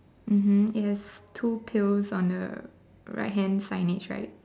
mmhmm it has two pails on the right hand signage right